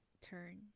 turn